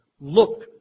look